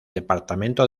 departamento